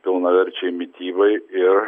pilnaverčiai mitybai ir